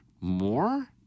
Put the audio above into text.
more